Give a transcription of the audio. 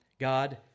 God